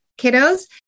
kiddos